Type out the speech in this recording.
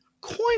Coin